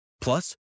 Plus